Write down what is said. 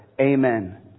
Amen